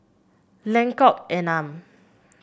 Lengkok Enam